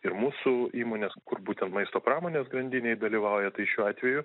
ir mūsų įmonės kur būtent maisto pramonės grandinėj dalyvauja tai šiuo atveju